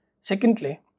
Secondly